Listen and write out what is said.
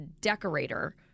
decorator